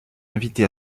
invité